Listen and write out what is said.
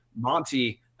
monty